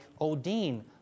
Odin